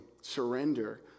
surrender